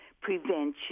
prevention